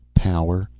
power,